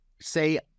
say